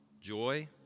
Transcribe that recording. joy